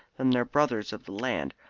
than their brothers of the land,